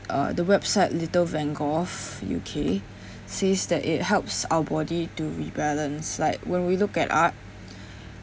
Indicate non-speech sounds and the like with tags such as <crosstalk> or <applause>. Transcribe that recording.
uh the website little van gogh U_K says that it helps our body to rebalance like when we look at art <breath>